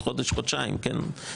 ואם התופעה היא שולית של 15%-10%,